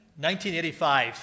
1985